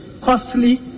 costly